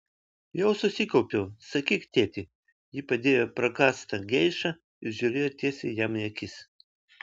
jau susikaupiau sakyk tėti ji padėjo prakąstą geišą ir žiūrėjo tiesiai jam į akis